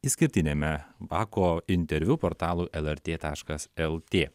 išskirtiniame bako interviu portalui lrt taškas lt